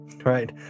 Right